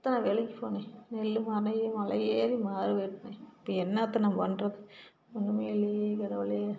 எத்தனை வேலைக்கு போனேன் நெல் மலை மலையேறி மாரு வெட்டினேன் இப்போ என்னாத்தை நான் பண்ணுறது ஒன்றுமே இல்லையே கடவுளே